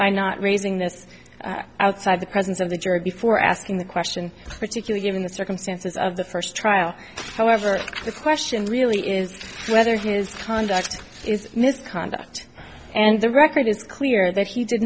by not raising this outside the presence of the jury before asking the question particularly given the circumstances of the first trial however the question really is whether his conduct is misconduct and the record is clear that he did